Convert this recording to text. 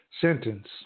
sentence